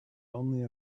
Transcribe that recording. only